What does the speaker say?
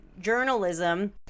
journalism